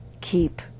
keep